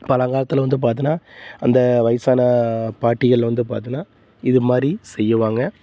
பழங்காலத்தில் வந்து பார்த்தின்னா அந்த வயதான பாட்டிகள் வந்து பார்த்தின்னா இது மாதிரி செய்வாங்க